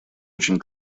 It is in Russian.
очень